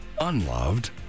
unloved